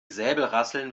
säbelrasseln